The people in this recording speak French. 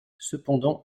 cependant